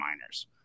miners